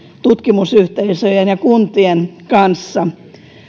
tutkimusyhteisöjen ja kuntien kanssa